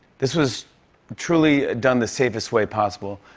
this was truly done the safety way possible.